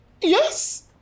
Yes